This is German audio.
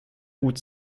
hut